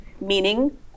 meaning